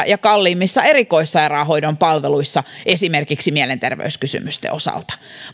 ja kalliimmissa erikoissairaanhoidon palveluissa esimerkiksi mielenterveyskysymysten osalta